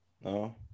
No